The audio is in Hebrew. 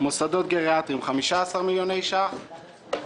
מוסדות גריאטריים 15 מיליוני שקלים.